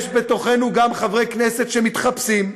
יש בתוכנו גם חברי כנסת שמתחפשים.